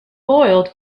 boiled